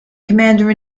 commander